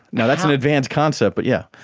now, that's an advanced concept, but yeah